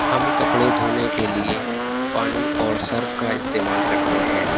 ہم کپڑے دھونے کے لیے پانی اور سرف کا استعمال کرتے ہیں